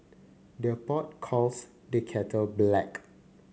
the pot calls the kettle black